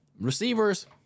receivers